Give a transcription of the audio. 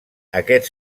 aquests